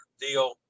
deal